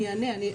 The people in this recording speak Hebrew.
אני אענה.